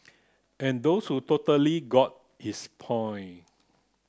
and those who totally got his point